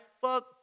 fuck